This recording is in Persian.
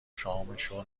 شامشو